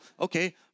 okay